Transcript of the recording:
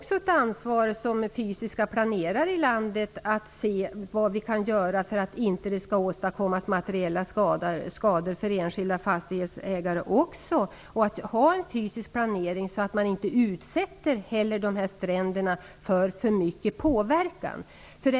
Såsom fysiska planerare i landet har vi också ett ansvar för att undersöka vad vi kan göra så att enskilda fastighetsägare inte åsamkas materiella skador. Den fysiska planeringen måste vara sådan att dessa stränder inte utsätts för alltför mycket påverkan.